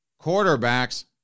quarterbacks